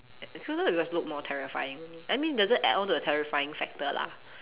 it must look more terrifying I mean it doesn't add on to the terrifying factor lah